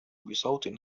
بصوت